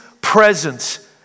presence